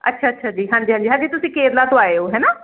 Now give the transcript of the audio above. ਅੱਛਾ ਅੱਛਾ ਜੀ ਹਾਂਜੀ ਹਾਂਜੀ ਤੁਸੀਂ ਕੇਰਲਾ ਤੋਂ ਆਏ ਹੋ ਹੈਨਾ